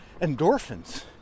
endorphins